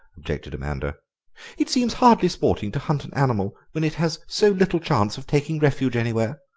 objected amanda it seems hardly sporting to hunt an animal when it has so little chance of taking refuge anywhere.